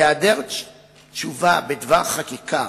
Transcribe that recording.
בהעדר תשובה בדבר חקיקה